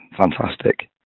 fantastic